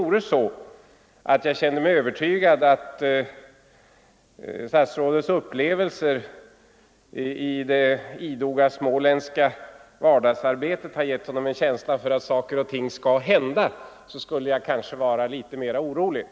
Om jag inte kände mig övertygad om att statsrådets upplevelser i det idoga småländska var dagsarbetet har gett honom en känsla för att saker och ting skall hända, skulle jag kanske vara litet mera orolig.